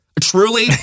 Truly